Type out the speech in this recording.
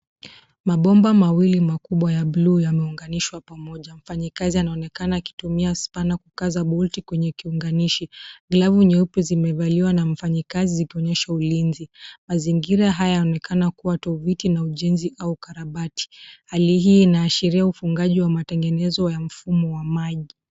Mabomba mawili makubwa ya blue yameunganishwa pamoja mfanyikazi anaonekana akitumia spanna kukaza bolti kwenye kiunganishi. Glavu nyeupe zimevaliwa na mfanyikazi kuonyesha ulinzi. Mazingira haya yaonekana kuwa toviti na ujenzi au ukarabati. Hali hii inashiria ufungaji wa matengenezo ya mfumo wa maji.